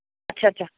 ਅੱਛਾ ਅੱਛਾ